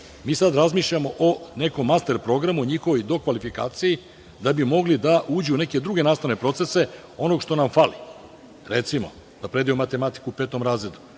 mi sada razmišljamo o nekom alter programu, o njihovoj dokvalifikaciji da bi mogli da uđu u neke druge nastavne procese onog što nam hvali. Recimo da predaju matematiku u petom razredu,